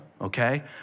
okay